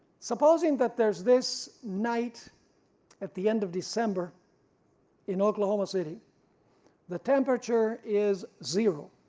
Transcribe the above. supposing that there is this night at the end of december in oklahoma city the temperature is zero